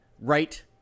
right